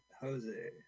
Jose